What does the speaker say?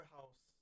House